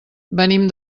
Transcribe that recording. venim